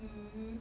um